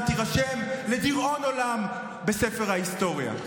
ותירשם לדיראון עולם בספר ההיסטוריה.